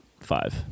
five